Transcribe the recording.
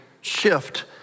shift